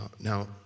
Now